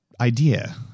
idea